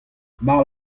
mar